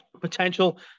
potential